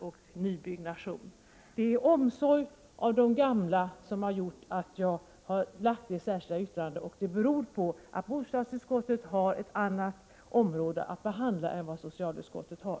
Det är av omsorg om de gamla som jag har skrivit det särskilda yttrandet, och det beror på att bostadsutskottet har ett annat område att behandla än vad socialutskottet har.